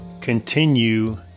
continue